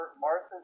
Martha's